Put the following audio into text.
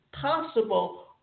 possible